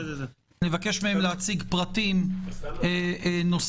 נבקש מהם להציג פרטים נוספים,